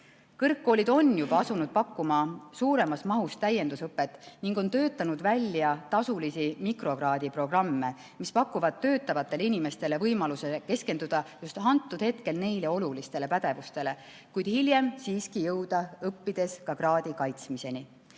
Kõrgkoolid on juba asunud pakkuma suuremas mahus täiendusõpet ning on töötanud välja tasulisi mikrokraadi programme, mis pakuvad töötavatele inimestele võimaluse keskenduda just konkreetsel hetkel neile olulistele pädevustele, kuid hiljem siiski jõuda õppides ka kraadi kaitsmiseni.